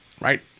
right